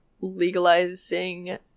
legalizing